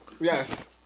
Yes